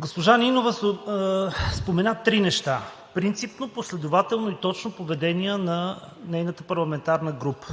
Госпожо Нинова спомена три неща – принципно, последователно и точно поведение на нейната парламентарна група.